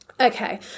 Okay